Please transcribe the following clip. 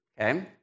Okay